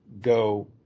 go